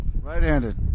Right-handed